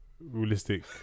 realistic